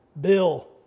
Bill